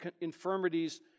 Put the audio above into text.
infirmities